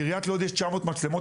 לעיריית לוד יש 900 מצלמות,